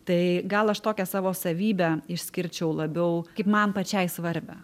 tai gal aš tokią savo savybę išskirčiau labiau kaip man pačiai svarbią